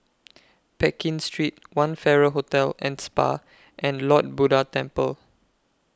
Pekin Street one Farrer Hotel and Spa and Lord Buddha Temple